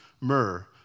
myrrh